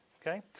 Okay